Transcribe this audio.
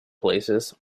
places